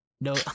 no